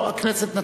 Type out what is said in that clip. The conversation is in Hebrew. לא, הכנסת נתנה.